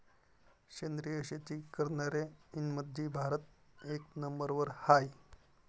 सेंद्रिय शेती करनाऱ्याईमंधी भारत एक नंबरवर हाय